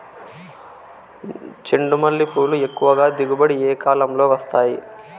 చెండుమల్లి పూలు ఎక్కువగా దిగుబడి ఏ కాలంలో వస్తాయి